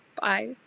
Bye